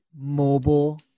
mobile